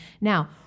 Now